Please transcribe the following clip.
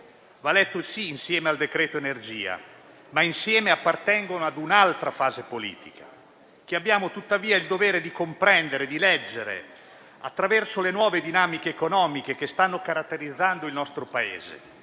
va letto, sì, insieme al decreto-legge energia, ma entrambi appartengono a un'altra fase politica, che abbiamo tuttavia il dovere di comprendere e di leggere, attraverso le nuove dinamiche economiche che stanno caratterizzando il nostro Paese